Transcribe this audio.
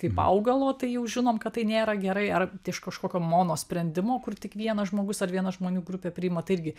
kaip augalo tai jau žinom kad tai nėra gerai ar iš kažkokio monosprendimo kur tik vienas žmogus ar viena žmonių grupė priima tai irgi